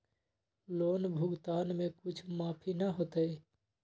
Loan भुगतान में कुछ माफी न होतई?